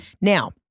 Now